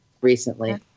recently